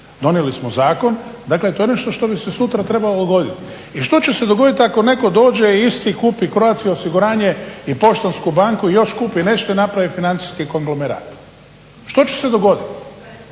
Donijeli smo zakon, dakle to je nešto što bi se sutra trebalo dogoditi i što će se dogoditi ako netko dođe i isti kupi Croatia osiguranje i poštansku banku i još kupi i napravi financijski konglomerat. Što će se dogoditi?